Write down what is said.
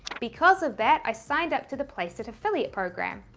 because of that, i signed up to the placeit affiliate program.